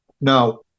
Now